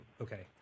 okay